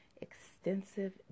extensive